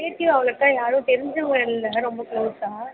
relative அவ்வளோக்கா யாரும் தெரிஞ்சவங்க இல்லை ரொம்ப க்ளோஸாக